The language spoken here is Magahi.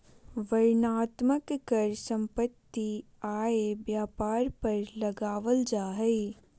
वर्णनात्मक कर सम्पत्ति, आय, व्यापार पर लगावल जा हय